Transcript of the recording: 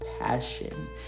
Passion